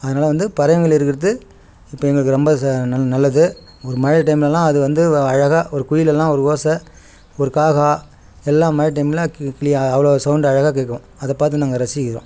அதனால வந்து பறவைங்கள் இருக்கிறது இப்போ எங்களுக்கு ரொம்ப ச நல் நல்லது ஒரு மழை டைம்லெல்லாம் அது வந்து அழகாக ஒரு குயிலெல்லாம் ஒரு ஓசை ஒரு காக்கா எல்லாம் மழை டைமில் கி கிளி அவ்வளோ சௌண்டு அழகாக கேட்கும் அதை பார்த்து நாங்கள் ரசிக்கிறோம்